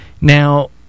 Now